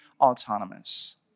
autonomous